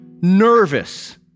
nervous